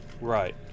Right